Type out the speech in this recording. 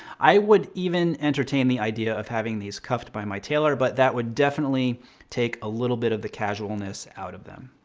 i would even entertain the idea of having these cuffed by my tailor, but that would definitely take a little bit of the casualness out of them.